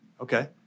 okay